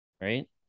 right